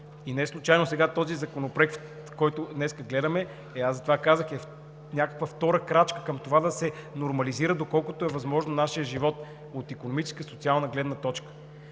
И неслучайно сега този законопроект, който днес гледаме, и затова казах, някаква втора крачка е към това да се нормализира, доколкото е възможно, нашият живот от икономическа и социална гледна точка.